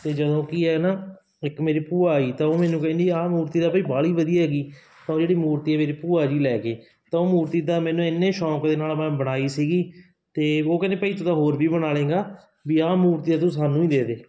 ਅਤੇ ਜਦੋਂ ਕੀ ਹੈ ਨਾ ਇੱਕ ਮੇਰੀ ਭੂਆ ਆਈ ਤਾਂ ਉਹ ਮੈਨੂੰ ਕਹਿੰਦੀ ਆਹ ਮੂਰਤੀ ਤਾਂ ਭਈ ਬਾਹਲੀ ਵਧੀਆ ਹੈਗੀ ਤਾਂ ਉਹ ਜਿਹੜੀ ਮੇਰੀ ਭੂਆ ਜੀ ਲੈ ਗਏ ਤਾਂ ਉਹ ਮੂਰਤੀ ਦਾ ਮੈਨੂੰ ਇੰਨੇ ਸ਼ੋਂਕ ਦੇ ਨਾਲ ਮੈਂ ਬਣਾਈ ਸੀਗੀ ਅਤੇ ਉਹ ਕਹਿੰਦੇ ਵੀ ਭਾਈ ਤੂੰ ਤਾਂ ਹੋਰ ਵੀ ਬਣਾ ਲਏਂਗਾ ਵੀ ਆ ਮੂਰਤੀ ਤਾਂ ਤੂੰ ਸਾਨੂੰ ਹੀ ਦੇਦੇ